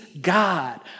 God